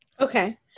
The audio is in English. Okay